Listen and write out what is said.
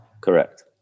Correct